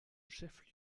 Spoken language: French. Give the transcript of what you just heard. chef